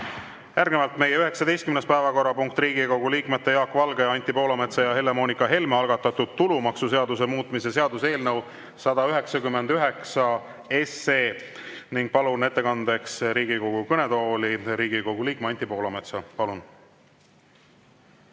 Järgnevalt meie 19. päevakorrapunkt, Riigikogu liikmete Jaak Valge, Anti Poolametsa ja Helle-Moonika Helme algatatud tulumaksuseaduse muutmise seaduse eelnõu 199. Palun ettekandeks Riigikogu kõnetooli Riigikogu liikme Anti Poolametsa. Palun!